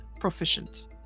Proficient